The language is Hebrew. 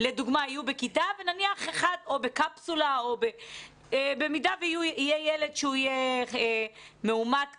לדוגמא יהיו בכיתה או בקפסולה ויהיה ילד שהוא ילד שהוא יהיה מאומת קורונה,